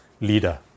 leader